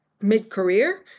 mid-career